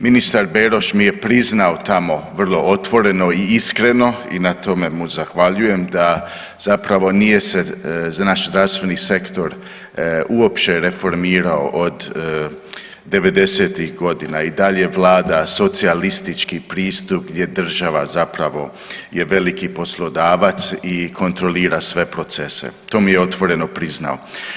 Ministar Beroš mi je priznao tamo vrlo otvoreno i iskreno i na tome mu zahvaljujem da zapravo nije se naš zdravstveni sektor uopće reformirao od '90.-tih godina i dalje vlada socijalistički pristup gdje država zapravo je veliki poslodavac i kontrolira sve procese, to mi je otvoreno priznao.